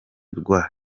rwa